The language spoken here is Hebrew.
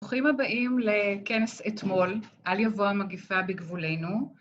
ברוכים הבאים לכנס "אתמול - אל יבוא המגפה בגבולנו"